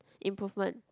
improvement